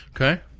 Okay